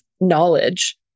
knowledge